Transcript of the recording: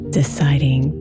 deciding